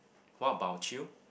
what about you